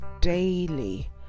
daily